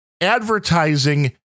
advertising